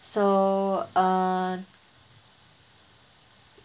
so uh